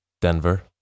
Denver